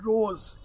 Rose